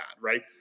right